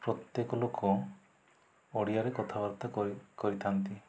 ପ୍ରତ୍ୟେକ ଲୋକ ଓଡ଼ିଆରେ କଥାବାର୍ତ୍ତା କରିଥାନ୍ତି